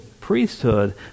priesthood